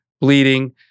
bleeding